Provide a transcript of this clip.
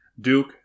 duke